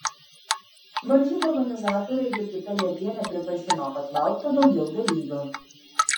varžybų organizatorė jurgita liebienė pripažino kad laukta daugiau dalyvių